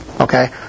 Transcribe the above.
Okay